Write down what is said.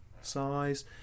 size